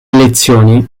elezioni